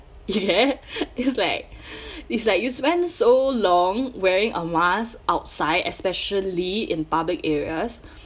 you get it's like it's like you spend so long wearing a mask outside especially in public areas